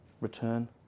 return